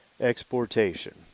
exportation